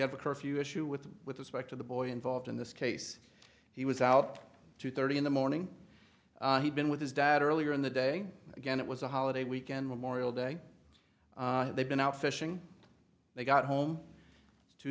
have a curfew issue with with respect to the boy involved in this case he was out two thirty in the morning he'd been with his dad earlier in the day again it was a holiday weekend memorial day they've been out fishing they got home